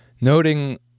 Noting